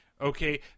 Okay